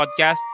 podcast